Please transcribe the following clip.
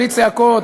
בלי צעקות,